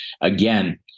again